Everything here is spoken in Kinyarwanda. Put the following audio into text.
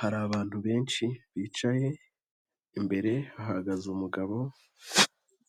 Hari abantu benshi bicaye, imbere hagaze umugabo